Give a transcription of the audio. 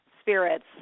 spirits